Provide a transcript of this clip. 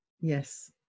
yes